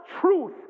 truth